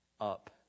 up